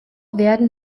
werden